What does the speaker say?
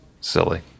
silly